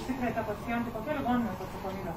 užsikrėtė pacientai kokia ligoninės atsakomybė